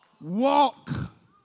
walk